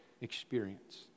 experience